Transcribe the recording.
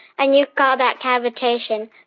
and you call that cavitation.